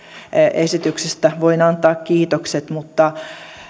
esityksestä voin antaa kiitokset mutta